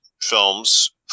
films